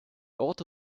auto